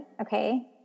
okay